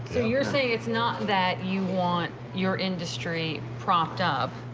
so you're saying it's not that you want your industry propped up?